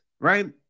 right